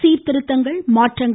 சீர்திருத்தங்கள் மாற்றங்கள்